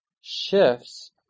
shifts